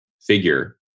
Figure